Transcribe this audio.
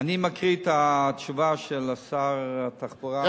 אני מקריא את התשובה של שר התחבורה.